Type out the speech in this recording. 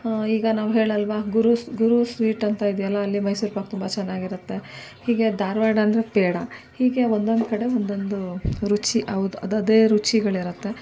ಈಗ ನಾವು ಹೇಳೋಲ್ವ ಗುರು ಗುರು ಸ್ವೀಟ್ ಅಂತ ಇದೆಯಲ್ಲ ಅಲ್ಲಿ ಮೈಸೂರು ಪಾಕು ತುಂಬ ಚೆನ್ನಾಗಿರುತ್ತೆ ಹೀಗೆ ಧಾರವಾಡ ಅಂದರೆ ಪೇಡ ಹೀಗೆ ಒಂದೊಂದು ಕಡೆ ಒಂದೊಂದು ರುಚಿ ಅವು ಅದರದ್ದೇ ರುಚಿಗಳಿರುತ್ತೆ